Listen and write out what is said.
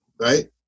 right